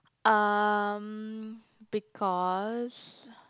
um because